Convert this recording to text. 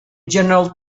general